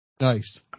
Nice